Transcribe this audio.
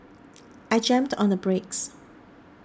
I jammed on the brakes